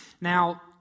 Now